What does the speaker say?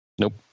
Nope